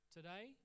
Today